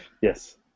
Yes